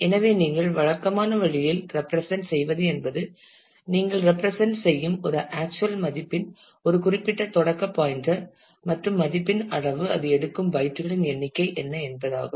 எனவே நீங்கள் வழக்கமான வழியில் ரெப்ரசென்ட் செய்வது என்பது நீங்கள் ரெப்ரசென்ட் செய்யும் ஒரு ஆக்சுவல் மதிப்பின் ஒரு குறிப்பிட்ட தொடக்க பாயின்டர் மற்றும் மதிப்பின் அளவு அது எடுக்கும் பைட்டுகளின் எண்ணிக்கை என்ன என்பதாகும்